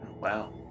wow